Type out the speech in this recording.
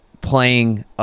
playing